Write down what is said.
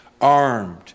armed